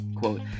quote